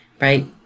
right